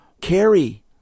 carry